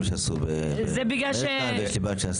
שעשו באמריקן יש לי בת שעשתה באסותא.